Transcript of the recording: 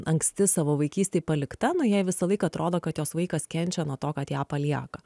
anksti savo vaikystėj palikta nu jai visą laiką atrodo kad jos vaikas kenčia nuo to kad ją palieka